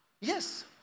Yes